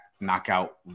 knockout